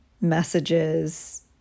messages